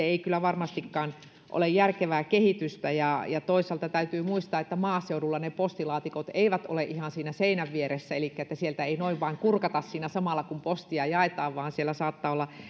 ei kyllä varmastikaan ole järkevää kehitystä toisaalta täytyy muistaa että maaseudulla ne postilaatikot eivät ole ihan siinä seinän vieressä elikkä sieltä ei noin vain kurkata siinä samalla kun postia jaetaan vaan siellä saattaa olla